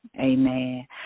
amen